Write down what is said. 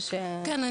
כן,